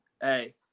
hey